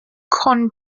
cohn